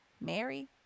mary